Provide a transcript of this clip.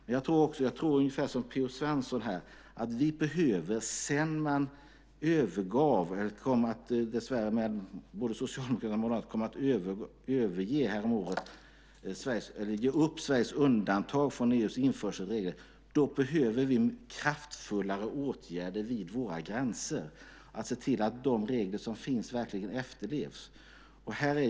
Här tror jag ungefär som P-O Svensson att sedan både Socialdemokraterna och Moderaterna häromåret tyvärr kom att ge upp Sveriges undantag från EU:s införselregler behöver vi kraftfullare åtgärder vid våra gränser för att se till att de regler som finns verkligen efterlevs.